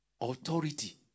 Authority